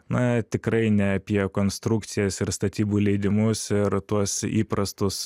na tikrai ne apie konstrukcijas ir statybų leidimus ir tuos įprastus